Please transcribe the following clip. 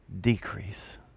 decrease